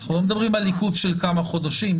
אנחנו לא מדברים על עיכוב של כמה חודשים.